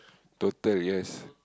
total yes